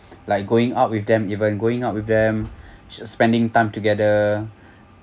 like going out with them even going out with them s~ spending time together